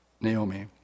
Naomi